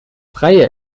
freie